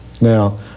Now